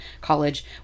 college